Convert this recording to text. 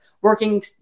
Working